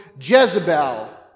Jezebel